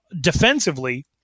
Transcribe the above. defensively